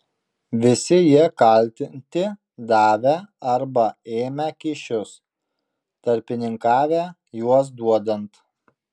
visi jie kaltinti davę arba ėmę kyšius tarpininkavę juos duodant